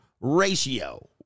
ratio